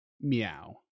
Meow